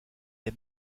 est